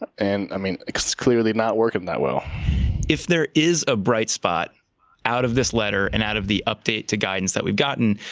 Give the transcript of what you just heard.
and i mean it's clearly not working that well. lewis if there is a bright spot out of this letter and out of the update to guidance that we've gotten,